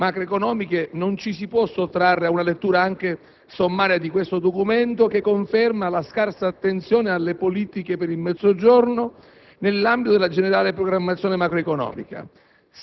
macroeconomiche, non ci si può sottrarre ad una lettura anche sommaria di questo Documento che conferma la scarsa attenzione alle politiche per il Mezzogiorno nell'ambito della generale programmazione macroeconomica.